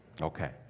Okay